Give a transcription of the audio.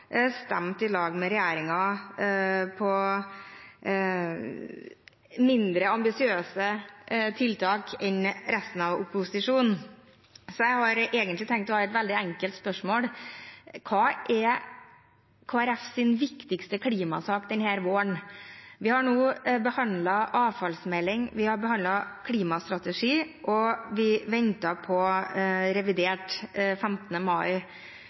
stemt sammen med regjeringen for mindre ambisiøse tiltak enn resten av opposisjonen. Så jeg har egentlig tenkt å ha et veldig enkelt spørsmål: Hva er Kristelig Folkepartis viktigste klimasak denne våren? Vi har nå behandlet avfallsmelding, vi har behandlet klimastrategi, og vi venter på revidert, som kommer 15. mai.